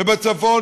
ובצפון,